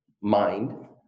mind